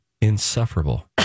insufferable